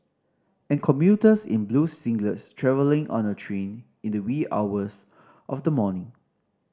and commuters in blue singlets travelling on a train in the wee hours of the morning